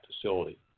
facility